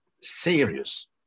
serious